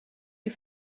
you